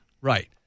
Right